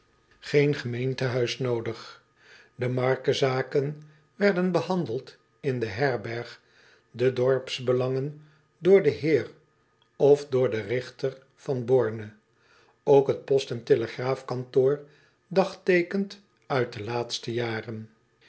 eel gemeentehuis noodig e markezaken werden behandeld in de herberg de dorpsbelangen door den eer of door den rigter van orne ok het post en telegraafkantoor dagteekent uit de laatste jaren